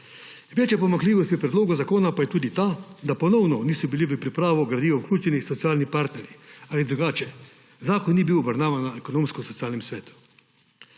Večja pomanjkljivost v predlogu zakona pa je tudi ta, da ponovno niso bili v pripravo gradiva vključeni socialni partnerji ali drugače, zakon ni bil obravnavan na Ekonomsko-socialnem svetu.